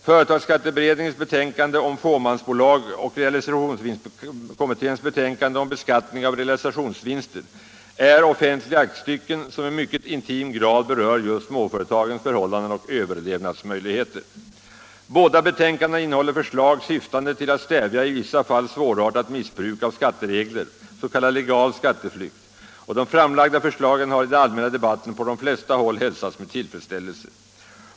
Företagsskatteberedningens betänkande om fåmansbolag och realisationsvinstkommitténs betänkande om beskattning av realisationsvinster är offentliga aktstycken som i mycket intim grad berör just småföretagens förhållanden och överlevnadsmöjligheter. Båda betänkandena innehåller förslag syftande till att stävja i vissa fall svårartat missbruk av skatteregler, s.k. legal skatteflykt, och de framlagda förslagen har i den allmänna debatten på de flesta håll hälsats med tillfredsställelse.